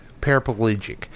paraplegic